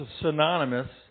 synonymous